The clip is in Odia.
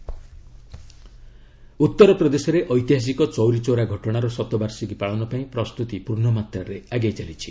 ପିଏମ ଚୌରୀ ଚୌରା ଉତ୍ତରପ୍ରଦେଶରେ' ଐତିହାସିକ ଚୌରୀ ଚୌରା ଘଟଣାର ଶତବାର୍ଷିକୀ ପାଳନ ପାଇଁ ପ୍ରସ୍ତୁତି ପୂର୍ଣ୍ଣମାତ୍ରାରେ ଆଗେଇ ଚାଲିଛି